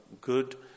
good